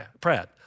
Pratt